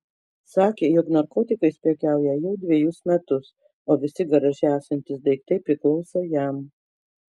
sakė jog narkotikais prekiauja jau dvejus metus o visi garaže esantys daiktai priklauso jam